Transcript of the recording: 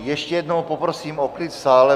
Ještě jednou poprosím o klid v sále.